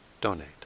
donate